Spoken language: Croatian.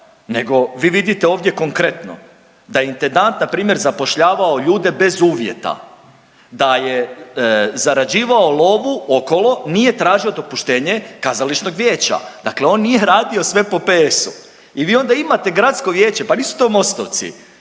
nego vi vidite ovdje konkretno da intendant npr. zapošljavao ljude bez uvjeta, da je zarađivao lovu okolo nije tražio dopuštenje kazališnog vijeća, dakle on nije radio sve po ps-u. I onda vi imate gradsko vijeće, pa nisu to MOstovci,